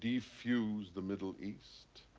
defuse the middle east.